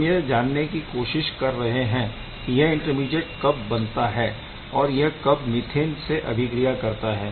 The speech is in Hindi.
हम यह जानने की कोशिश कर रहे है कि यह इंटरमीडीएट कब बनाता है और यह कब मीथेन से अभिक्रिया करता है